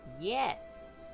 Yes